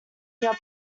your